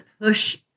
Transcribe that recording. push